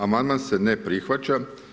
Amandman se ne prihvaća.